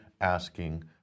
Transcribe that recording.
asking